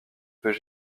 peut